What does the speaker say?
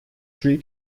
three